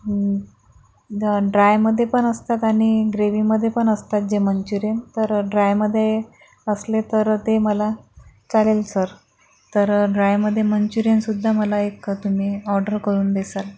ड्रायमध्ये पण असतात आणि ग्रेव्हीमध्ये पण असतात जे मंच्युरियन तर ड्रायमध्ये असले तर ते मला चालेल सर तर ड्रायमध्ये मंच्युरियन सुद्धा मला एक तुम्ही ऑर्डर करून देसाल